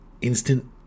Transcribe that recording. instant